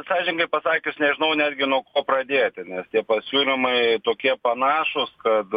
sąžiningai pasakius nežinau netgi nuo ko pradėti nes tie pasiūlymai tokie panašūs kad